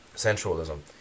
sensualism